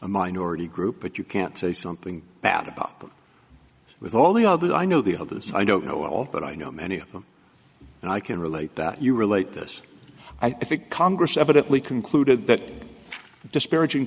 a minority group but you can't say something bad about with all the others i know the others i don't know at all but i know many of them and i can relate that you relate this i think congress evidently concluded that disparaging